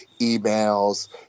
emails